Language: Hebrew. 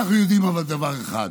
אנחנו יודעים דבר אחד,